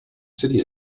city